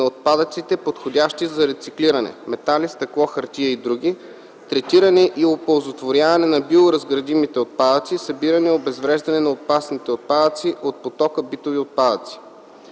на отпадъците, подходящи за рециклиране (метали, стъкло, хартия и др.), третиране и оползотворяване на биоразградимите отпадъци, събиране и обезвреждане на опасните отпадъци от потока битови отпадъци.